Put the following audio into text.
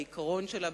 בעיקרון שלה,